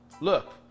look